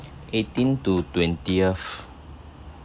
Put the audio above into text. eighteen to twentieth